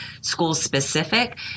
school-specific